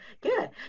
Good